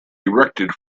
erected